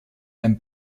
ein